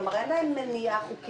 כלומר אין להם מניעה חוקית להביא.